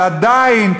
אבל עדיין,